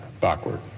backward